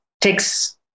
takes